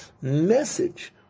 message